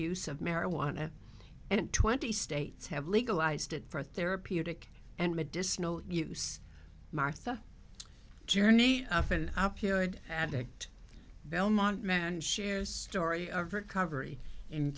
use of marijuana and twenty states have legalized it for therapeutic and medicinal use martha journey affan hour period addict belmont men share story of recovery in